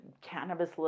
cannabis